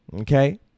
Okay